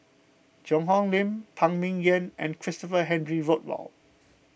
Cheang Hong Lim Phan Ming Yen and Christopher Henry Rothwell